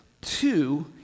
two